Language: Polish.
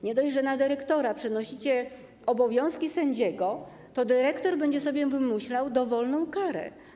Nie dość, że na dyrektora przenosicie obowiązki sędziego, to dyrektor będzie sobie wymyślał dowolną karę.